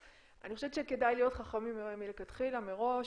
אני חושבת שכדאי להיות חכמים מלכתחילה מראש